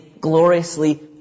gloriously